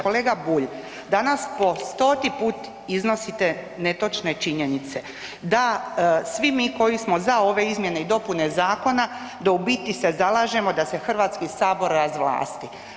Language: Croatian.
Kolega Bulj, danas po stoti put iznosite netočne činjenice, da svi mi koji smo za ove izmjene i dopune zakona, da u biti se zalažemo da se Hrvatski sabor razvlasti.